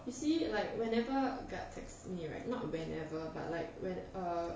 you see like whenever guard text me right not whenever but like when err